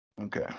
Okay